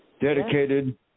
dedicated